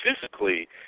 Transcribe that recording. physically